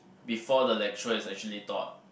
before the lecture is actually taught